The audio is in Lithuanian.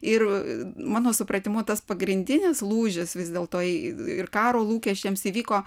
ir mano supratimu tas pagrindinis lūžis vis dėl to ir karo lūkesčiams įvyko